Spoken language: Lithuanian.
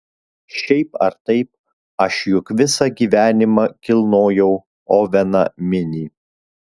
šiaip ar taip aš juk visą gyvenimą kilnojau oveną minį